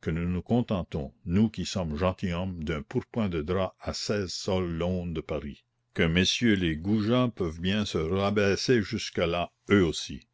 que nous nous contentons nous qui sommes gentilhomme d'un pourpoint de drap à seize sols l'aune de paris que messieurs les goujats peuvent bien se rabaisser jusque-là eux aussi